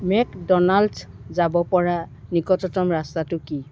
make ডনাল্ডছ যাব পৰা নিকটতম ৰাস্তাটো কি